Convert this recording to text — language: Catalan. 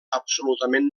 absolutament